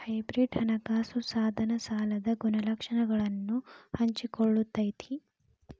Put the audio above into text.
hybrid ಹಣಕಾಸ ಸಾಧನ ಸಾಲದ ಗುಣಲಕ್ಷಣಗಳನ್ನ ಹಂಚಿಕೊಳ್ಳತೈತಿ